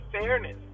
fairness